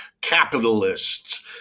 capitalists